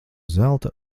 zelta